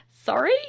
sorry